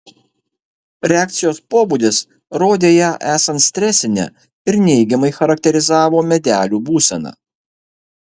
reakcijos pobūdis rodė ją esant stresinę ir neigiamai charakterizavo medelių būseną